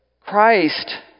Christ